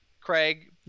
Craig